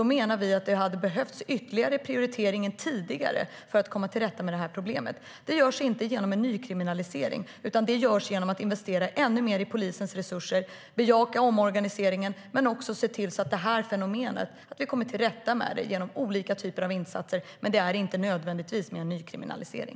Då menar vi att det hade behövts ytterligare prioriteringar tidigare för att komma till rätta med problemet. Det görs inte genom en nykriminalisering, utan det görs genom att investera ännu mer i polisens resurser och genom att bejaka omorganiseringen. Det handlar om att komma till rätta med det här problemet genom olika typer av insatser, men det är inte nödvändigt med en nykriminalisering.